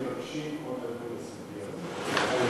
אני יודע שמבקשים עוד לדון בסוגיה הזאת.